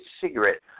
cigarette